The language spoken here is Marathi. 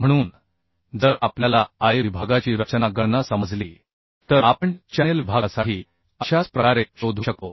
म्हणून जर आपल्याला I विभागाची रचना गणना समजली तर आपण चॅनेल विभागासाठी अशाच प्रकारे शोधू शकतो